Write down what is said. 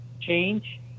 change